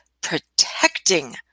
protecting